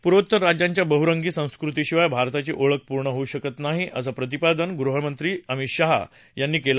पूर्वोत्तर राज्यांच्या बहुरंगी संस्कृतीशिवाय भारताची ओळख पूर्ण होऊ शकत नाही असं प्रतिपादन गृहमंत्री अमित शाह यांनी केलं